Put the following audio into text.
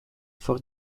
for